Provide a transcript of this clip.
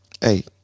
Hey